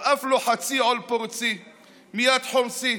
// על אף לוחצי / עול פורצי / מיד חומסי.